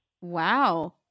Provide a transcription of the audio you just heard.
Wow